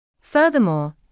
Furthermore